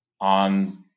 on